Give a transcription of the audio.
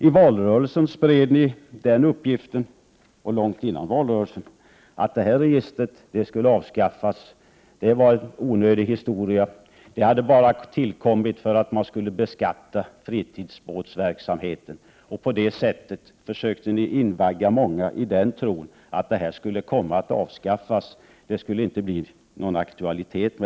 I valrörelsen — och redan långt dessförinnan — spred ni uppgiften att detta register skulle avskaffas. Det var en onödig historia, som bara tillkommit för att beskatta fritidsbåtsverksamheten. På det sättet försökte ni invagga många i tron att registret skulle komma att avskaffas och inte längre ha aktualitet.